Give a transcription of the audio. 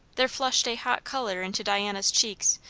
there flushed a hot colour into diana's cheeks,